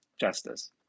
justice